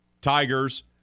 Tigers